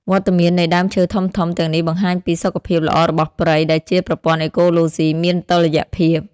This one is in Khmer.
វត្តមាននៃដើមឈើធំៗទាំងនេះបង្ហាញពីសុខភាពល្អរបស់ព្រៃ ដែលជាប្រព័ន្ធអេកូឡូស៊ីមានតុល្យភាព។